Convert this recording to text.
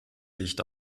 licht